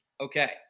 Okay